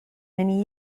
many